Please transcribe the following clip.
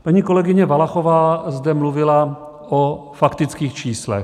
Paní kolegyně Valachová zde mluvila o faktických číslech.